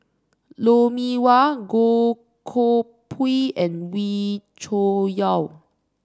Lou Mee Wah Goh Koh Pui and Wee Cho Yaw